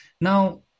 now